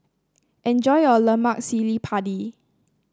enjoy your Lemak Cili Padi